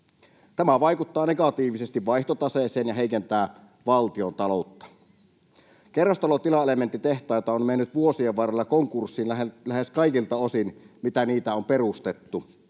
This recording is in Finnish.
Tämä vaikuttaa negatiivisesti vaihtotaseeseen ja heikentää valtiontaloutta. Kerrostalotilaelementtitehtaita on mennyt vuosien varrella konkurssiin lähes kaikilta osin, mitä niitä on perustettu.